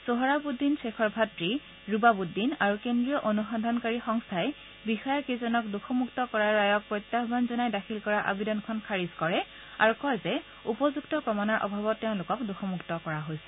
ছোহৰাবুদিন গ্বেখৰ ভাত় ৰুবাবুদ্দিন আৰু কেন্দ্ৰীয় অনুসন্ধানকাৰী সংস্থাই বিষয়া কেইজনক দোষমুক্ত কৰা ৰায়ক প্ৰত্যাহান জনাই দাখিল কৰা আৱেদনখন খাৰিজ কৰে আৰু কয় যে উপযুক্ত প্ৰমাণৰ অভাৱত তেওঁলোকক দোষমুক্ত কৰা হৈছে